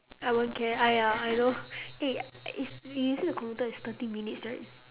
I won't care !aiya! I know eh it's you see the computer it's thirty minutes right